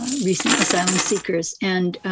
ah recent asylum seekers, and